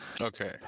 okay